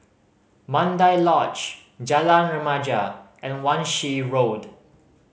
Mandai Lodge Jalan Remaja and Wan Shih Road